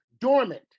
dormant